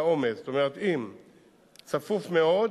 אם צפוף מאוד,